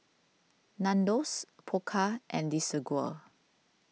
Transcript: Nandos Pokka and Desigual